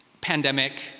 pandemic